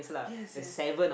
yes yes